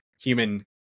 human